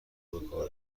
گوناگونی